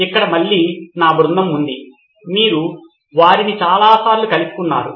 ఇక్కడ మళ్ళీ నా బృందం ఉంది మీరు వారిని చాలా చాలాసార్లు కలుసుకున్నారు